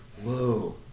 whoa